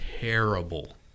terrible